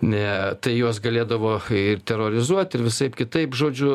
ne tai juos galėdavo ir terorizuot ir visaip kitaip žodžiu